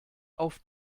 auf